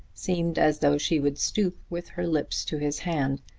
seemed as though she would stoop with her lips to his hand.